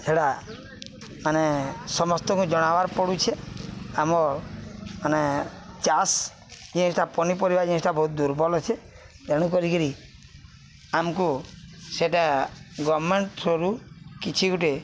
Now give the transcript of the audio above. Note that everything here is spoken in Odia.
ସେଟା ମାନେ ସମସ୍ତଙ୍କୁ ଜଣାବାର୍ ପଡ଼ୁଛେ ଆମ ମାନେ ଚାଷ୍ ଜିନିଷଟା ପନିପରିବା ଜିନିଷଟା ବହୁତ ଦୁର୍ବଲ ଅଛ ତେଣୁ କରିକିରି ଆମକୁ ସେଇଟା ଗମେଣ୍ଟ ଥ୍ରୋରୁ କିଛି ଗୁଟେ